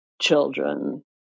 children